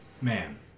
man